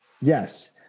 Yes